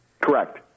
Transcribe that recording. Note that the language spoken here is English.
Correct